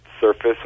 surface